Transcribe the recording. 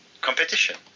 competition